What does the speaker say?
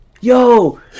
Yo